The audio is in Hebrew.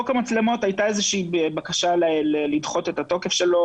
הייתה בקשה לדחות את התוקף של חוק המצלמות.